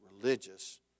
religious